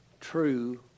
True